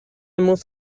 muss